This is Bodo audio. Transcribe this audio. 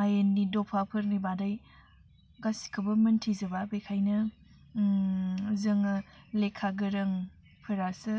आयेननि दफाफोरनि बादै गासिखौबो मोनथिजोबा बेखायनो जोङो लेखा गोरों फोरासो